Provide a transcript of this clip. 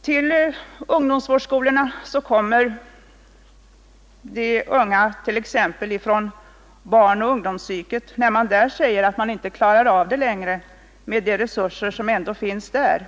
Till ungdomsvårdsskolorna kommer de unga t.ex. från barnoch ungdomspsykiatriska kliniker, när man där säger att man inte klarar av dem längre, med de resurser som ändå finns på dessa kliniker.